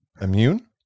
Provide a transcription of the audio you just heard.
immune